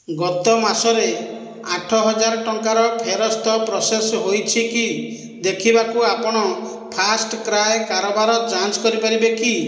ଗତ ମାସରେ ଆଠ ହଜାର ଟଙ୍କାର ଫେରସ୍ତ ପ୍ରସେସ ହୋଇଛି କି ଦେଖିବାକୁ ଆପଣ ଫାର୍ଷ୍ଟ୍କ୍ରାଏ କାରବାର ଯାଞ୍ଚ କରିପାରିବେ କି